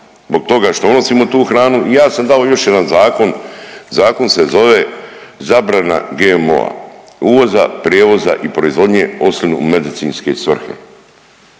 zbog toga što unosimo tu hranu. I ja sam dao još jedan zakon, Zakon se zove zabrana GMO-a, uvoza, prijevoza i proizvodnje osim u medicinske svrhe.